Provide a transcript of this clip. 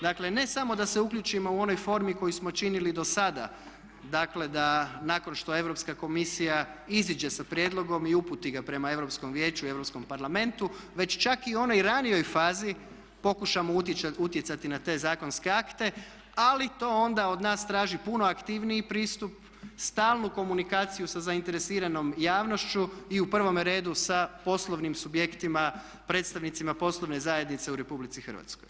Dakle ne samo da se uključimo u onoj formi koju smo činili do sada, dakle da nakon što Europska komisija iziđe sa prijedlogom i uputi ga prema Europskom vijeću i Europskom parlamentu već čak i onoj ranijoj fazi pokušamo utjecati na te zakonske akte ali to onda od nas traži puno aktivniji pristup, stalnu komunikciju sa zainteresiranom javnošću i u prvome redu sa poslovnim subjektima, predstavnicima poslovne zajednice u Republici Hrvatskoj.